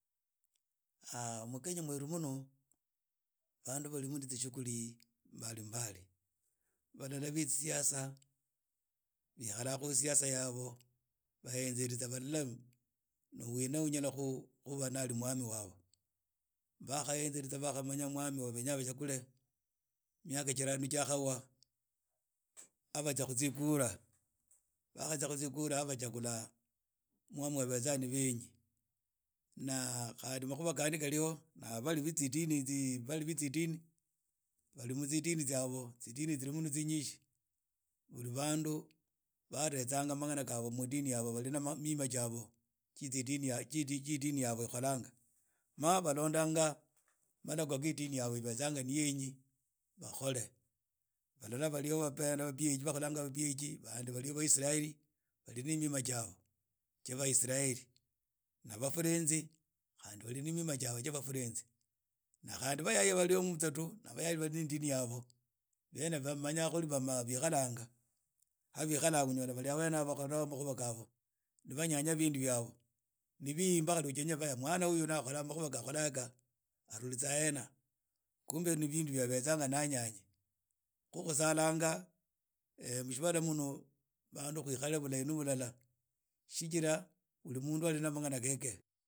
mukenya mweru muno banu bali mu ne tsishughuli mbalimbali balala ba tsiasa bekhala khu tsiasa yabo bahenzeritsa bala ni wina unyala khuba ni ali mwami wabo ba khahenzeritsa ba khamanaya mwami wabo wa benya bashakhule miakha jirano jia khawa a batsia khu tsikura bha khatsia hu khu tskhura bakhatsia aah bachagula mwa babetsa beni naa makhuba khani khali ho bali ne tsiini bali mu tsiini tsabo tsiini tsiri mmuno tsinyi banu baretsanga managana khabo mutini yabo bali na mima jabobali na mima ja itini yabo ikholanga ma balonanga malakho ga itini yabo ibezanga ni yenyi bakhole bala bali ho ba pag bani bali ho baisiraeli bali na mima jabo ja baisiraeli bafrensi khani bali na minma jabo ja bafrenzi na khani bayaye bali na mima jabo banmanya khuli bikhalanha ha bekhalanga bali na makhuba khabo ni banyanya binu byabo bi bimba khali ujenya mba mwana uyu ni akhola makhuba kha akhola yakha arulitsa hena khumbe ni binu bya abetsanga ni anayanyi khu khusalanga mu tsibala muno banu khwikhale buulahi nu bulla shijira buli munu ali na mangana khekhe.